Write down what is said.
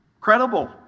credible